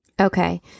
Okay